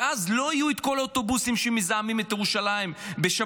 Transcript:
ואז לא יהיו את כל האוטובוסים שמזהמים את ירושלים בשבתות.